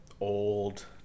old